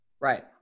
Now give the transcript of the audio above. Right